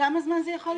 כמה זמן זה יכול להימשך?